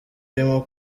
irimo